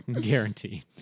Guarantee